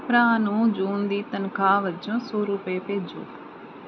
ਭਰਾ ਨੂੰ ਜੂਨ ਦੀ ਤਨਖਾਹ ਵਜੋਂ ਸੌ ਰੁਪਏ ਭੇਜੋ